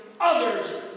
others